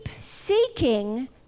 seeking